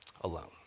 alone